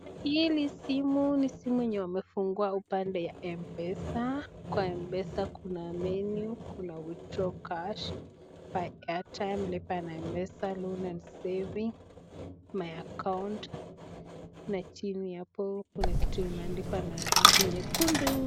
Hili simu, ni simu yenye wamefungua upande ya m-pesa. Kwa m-pesa kuna menu, kuna withdraw cash, buy airtime , lipa na mpesa, loans and savings, my account na chini hapo, kuna kitu imeandikwa na rangi nyekundu.